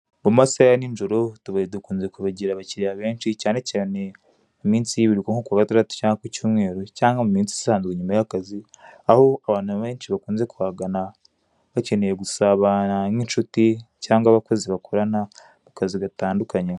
Mu masaha ya nijoro utubari dukunze kugira abakiliya benshi, cyane cyane mu minsi y'ibiruhuko nko ku wa gatandatu cyangwa ku cyumweru cyangwa mu minsi isanzwe nyuma y'akazi, aho abantu benshi bakunze kuhagana bakeneye gusabana nk'icuti cyangwa abakozi bakorana mu kazi gatandukanye.